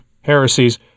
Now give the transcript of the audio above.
heresies